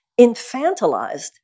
infantilized